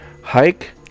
hike